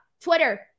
Twitter